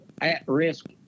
at-risk